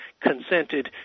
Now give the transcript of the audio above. consented